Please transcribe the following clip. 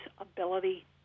ability